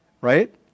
right